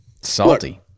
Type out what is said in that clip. salty